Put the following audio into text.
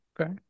Okay